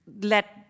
let